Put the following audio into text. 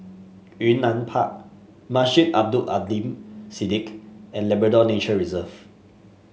Yunnan Park Masjid Abdul Aleem Siddique and Labrador Nature Reserve